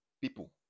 people